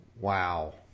Wow